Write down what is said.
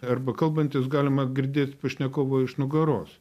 arba kalbantis galima girdėt pašnekovo iš nugaros